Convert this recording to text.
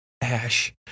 Ash